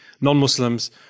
non-Muslims